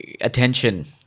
attention